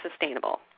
sustainable